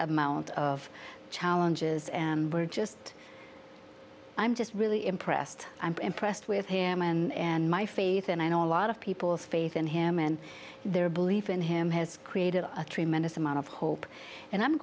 amount of challenges and we're just i'm just really impressed i'm impressed with him and my faith and i know a lot of people's faith in him and their belief in him has created a tremendous amount of hope and i'm